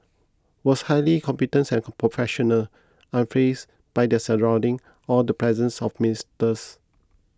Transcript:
was highly competent and professional unfazed by their surrounding or the presence of the ministers